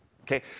Okay